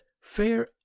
fair